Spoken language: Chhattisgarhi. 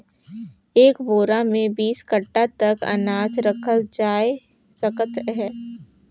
एक बोरा मे बीस काठा तक अनाज रखल जाए सकत अहे